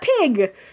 pig